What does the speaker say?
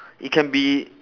it can be